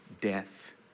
death